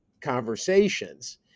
conversations